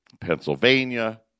Pennsylvania